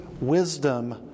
wisdom